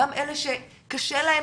גם אלה שקשה להם,